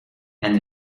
and